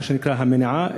מה שנקרא מניעה.